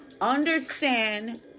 understand